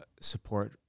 support